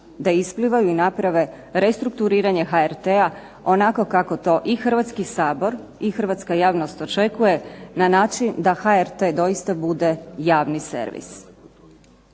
da isplivaju i naprave restrukturiranje HRT-a onako kako to i Hrvatski sabor i hrvatska javnost očekuje na način da HRT doista bude javni servis.